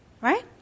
Right